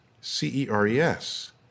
C-E-R-E-S